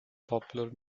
popular